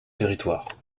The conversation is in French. territoires